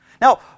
Now